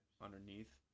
underneath